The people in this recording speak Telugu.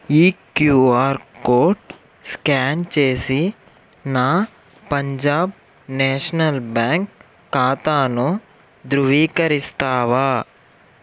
ఈ క్యూఆర్ కోడ్ స్కాన్ చేసి నా పంజాబ్ నేషనల్ బ్యాంక్ ఖాతాను ధృవీకరిస్తావా